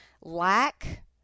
lack